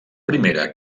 primera